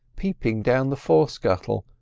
peeping down the forescuttle,